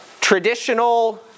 Traditional